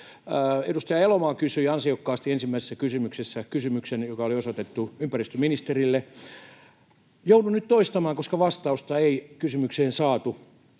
Edustaja Elomaa kysyi ansiokkaasti ensimmäisessä kysymyksessään kysymyksen, joka oli osoitettu ympäristöministerille. Joudun nyt toistamaan, koska vastausta ei kysymykseen saatu.